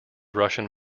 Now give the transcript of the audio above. russian